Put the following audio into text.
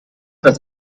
das